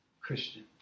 Christian